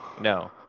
No